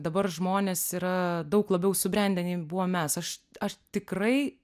dabar žmonės yra daug labiau subrendę nei buvom mes aš aš tikrai